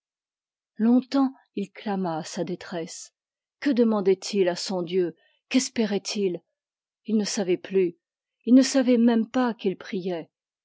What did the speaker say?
longtemps il clama sa détresse que demandait-il à son dieu quespérait il il ne savait plus il ne savait même pas qu'il priait